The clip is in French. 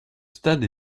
stade